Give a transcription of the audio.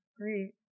Great